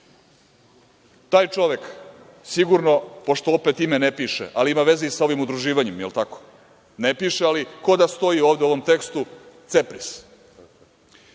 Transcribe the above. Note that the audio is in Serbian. čovek, sigurno pošto opet ime ne piše, ali ima veze i sa ovim udruživanjem, jel tako? Ne piše, ali kao da stoji ovde u ovom tekstu „Cepres“.